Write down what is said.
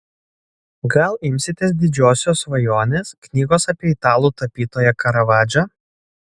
gal imsitės didžiosios svajonės knygos apie italų tapytoją karavadžą